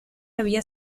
había